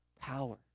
power